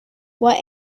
what